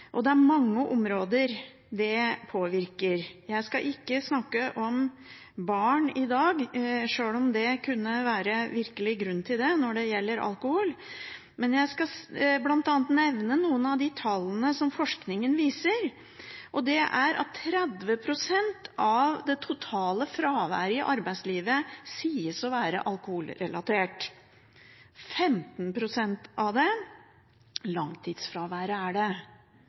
og det er mange områder det påvirker. Jeg skal ikke snakke om barn i dag, sjøl om det kunne være virkelig grunn til det når det gjelder alkohol. Men jeg skal bl.a. nevne noen av de tallene som forskningen viser. Det er at 30 pst. av det totale fraværet i arbeidslivet sies å være alkoholrelatert. 15 pst. av langtidsfraværet er det.